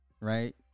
right